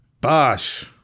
Bosh